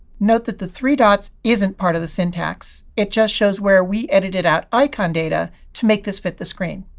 note that the three dots isn't part of the syntax. it just shows where we edited out icon data to make this fit the screen.